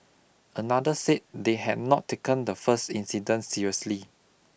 another said they had not taken the first incident seriously